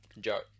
Joke